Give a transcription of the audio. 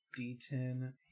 d10